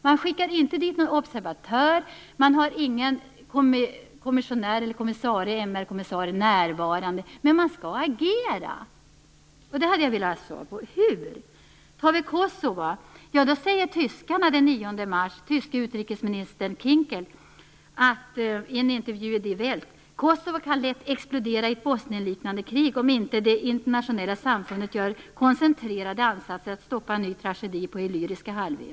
Man skickar inte några observatörer och man har inga MR kommissarier närvarande, men man skall ändå agera. Jag hade velat få svar på hur! Vad gäller Kosova säger den tyske utrikesministern Kinckel i en intervju i Die Welt att Kosova lätt kan explodera i ett Bosnienliknande krig om inte det internationella samfundet gör koncentrerade ansatser att stoppa en ny tragedi på Illyriska halvön.